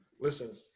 listen